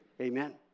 Amen